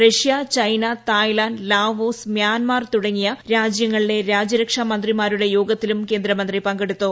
Russia China Thailand Laos Myanmar തുടങ്ങിയ രാജ്യങ്ങളിലെ രാജ്യ രക്ഷാ മന്ത്രിമാരുടെ യോഗത്തിലും കേന്ദ്രമന്ത്രി പങ്കെടുത്തു